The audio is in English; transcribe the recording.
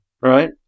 Right